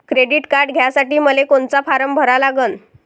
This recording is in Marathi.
क्रेडिट कार्ड घ्यासाठी मले कोनचा फारम भरा लागन?